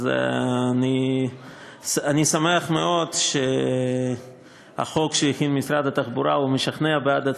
אני שמח מאוד שהחוק שהכין משרד התחבורה משכנע בעד עצמו,